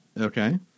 Okay